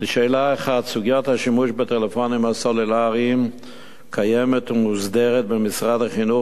1. סוגיית השימוש בטלפונים הסלולריים קיימת ומוסדרת במשרד החינוך